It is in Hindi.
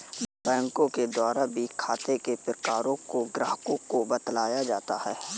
बैंकों के द्वारा भी खाते के प्रकारों को ग्राहकों को बतलाया जाता है